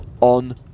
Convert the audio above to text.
On